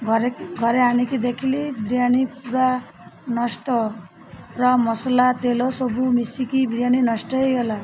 ଘରେ ଘରେ ଆଣିକି ଦେଖିଲି ବିରିୟାନୀ ପୁରା ନଷ୍ଟ ପୁରା ମସଲା ତେଲ ସବୁ ମିଶିକି ବିରିୟାନୀ ନଷ୍ଟ ହେଇଗଲା